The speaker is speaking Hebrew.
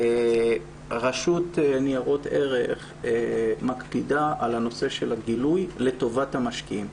רשות ניירות ערך מקפידה על הנושא של הגילוי לטובת המשקיעים,